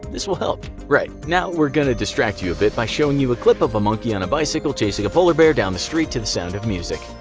this will help. right, now we are going to distract you a bit by showing you a clip of a monkey on a bicycle chasing a polar bear down the street to the sound of music.